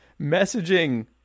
messaging